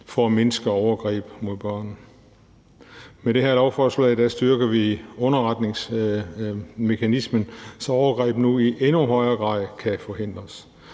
for at mindske overgreb mod børn. Med det her lovforslag styrker vi underretningsmekanismen, så overgreb nu i endnu højere grad kan forhindres.